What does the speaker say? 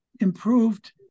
improved